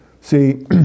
See